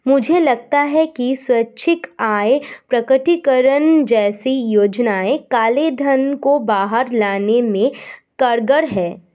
मुझे लगता है कि स्वैच्छिक आय प्रकटीकरण जैसी योजनाएं काले धन को बाहर लाने में कारगर हैं